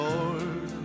Lord